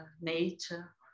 nature